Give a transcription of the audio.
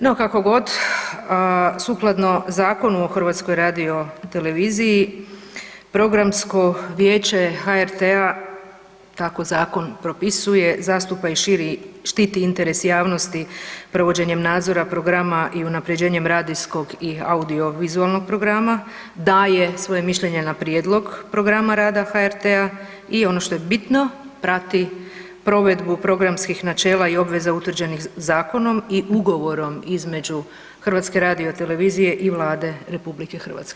No, kako god sukladno Zakonu o HRT-u, Programsko vijeće HRT-a tako zakon propisuje zastupa i širi, štiti interes javnosti provođenjem nadzora, programa i unapređenjem radijskog i audiovizualnog programa, daje svoje mišljenje na prijedlog programa rada HRT-a i ono što je bitno prati provedbu programskih načela i obveza utvrđenih zakonom i ugovorom između HRT-a i Vlade RH.